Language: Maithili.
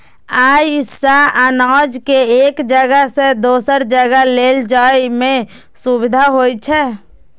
अय सं अनाज कें एक जगह सं दोसर जगह लए जाइ में सुविधा होइ छै